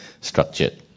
structured